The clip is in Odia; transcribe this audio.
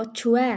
ପଛୁଆ